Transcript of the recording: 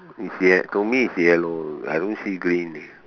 it's yell~ to me it's yellow I don't see green